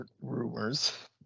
rumors